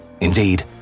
Indeed